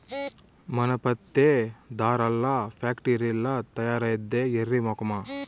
మన పత్తే దారాల్ల ఫాక్టరీల్ల తయారైద్దే ఎర్రి మొకమా